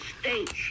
states